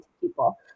people